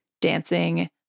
dancing